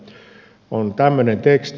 siinä on tämmöinen teksti